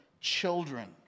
children